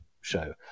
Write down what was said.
show